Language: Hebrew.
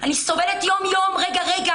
אני סובלת יום-יום, רגע-רגע.